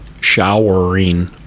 showering